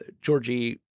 Georgie